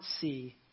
see